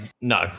no